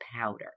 powder